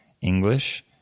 English